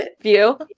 View